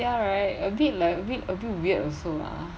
ya right a bit like a bit a bit weird also lah